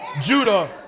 Judah